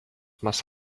must